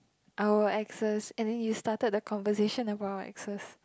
our exes and then you started the conversation about our exes